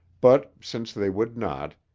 but since they would not,